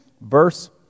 Verse